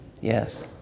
Yes